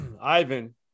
Ivan